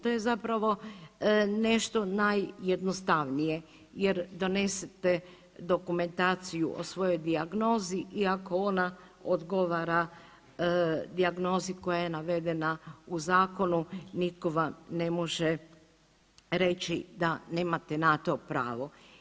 To je zapravo nešto najjednostavnije, jer donesete dokumentaciju o svojoj dijagnozi i ako ona odgovara dijagnozi koja je navedena u zakonu nitko vam ne može reći da nemate na to pravo.